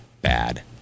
bad